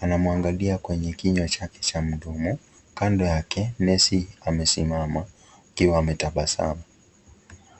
anamwangalia kwenye kinywa chake cha mdomo. Kando yake, nesi amesimama akiwa anatabasamu.